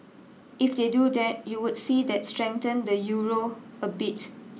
if they do that you would see that strengthen the Euro a bit